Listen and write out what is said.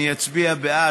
אני אצביע בעד.